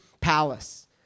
palace